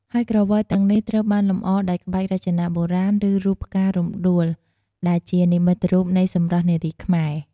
ហើយក្រវិលទាំងនេះត្រូវបានលម្អដោយក្បាច់រចនាបុរាណ ឬរូប ផ្ការំដួល ដែលជានិមិត្តរូបនៃសម្រស់នារីខ្មែរ។